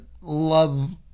love